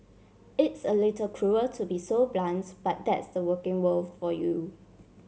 it's a little cruel to be so blunts but that's the working world for you